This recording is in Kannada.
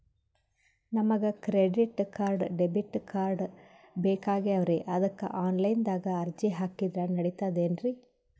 ನಮಗ ಕ್ರೆಡಿಟಕಾರ್ಡ, ಡೆಬಿಟಕಾರ್ಡ್ ಬೇಕಾಗ್ಯಾವ್ರೀ ಅದಕ್ಕ ಆನಲೈನದಾಗ ಅರ್ಜಿ ಹಾಕಿದ್ರ ನಡಿತದೇನ್ರಿ?